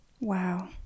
wow